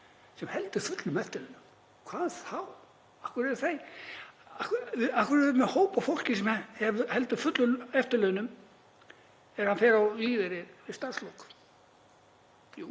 sem heldur fullum eftirlaunum. Hvað þá? Af hverju erum við með hóp af fólki sem heldur fullum eftirlaunum þegar hann fer á lífeyri við starfslok?